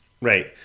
Right